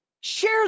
Share